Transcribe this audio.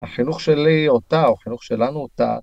החינוך שלי אותה, או החינוך שלנו אותה.